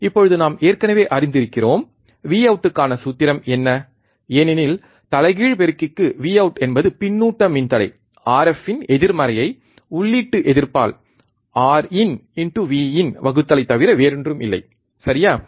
இப்போது நாம் ஏற்கனவே அறிந்திருக்கிறோம் Vout க்கான சூத்திரம் என்ன ஏனெனில் தலைகீழ் பெருக்கிக்கு Vout என்பது பின்னூட்ட மின்தடை Rf இன் எதிர்மறையை உள்ளீட்டு எதிர்ப்பால் Rin Vin வகுத்தலை தவிர வேறொன்றும் இல்லை சரியா